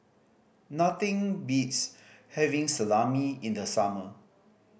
nothing beats having Salami in the summer